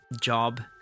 job